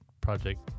project